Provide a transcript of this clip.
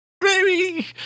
baby